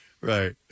Right